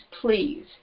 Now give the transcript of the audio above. please